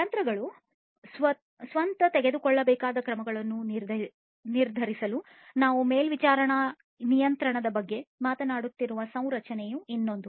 ಯಂತ್ರಗಳು ಸ್ವತಃ ತೆಗೆದುಕೊಳ್ಳಬೇಕಾದ ಕ್ರಮಗಳನ್ನು ನಿರ್ಧರಿಸಲು ನಾವು ಮೇಲ್ವಿಚಾರಣಾ ನಿಯಂತ್ರಣದ ಬಗ್ಗೆ ಮಾತನಾಡುತ್ತಿರುವ ಸಂರಚನೆಯು ಇನ್ನೊಂದು